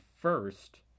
first